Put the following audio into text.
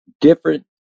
different